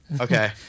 Okay